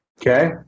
Okay